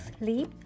sleep